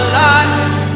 life